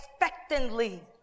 expectantly